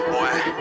boy